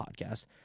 podcast